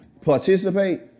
participate